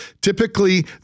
typically